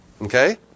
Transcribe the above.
Okay